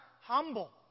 humble